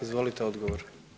Izvolite odgovor.